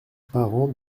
parent